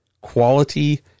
quality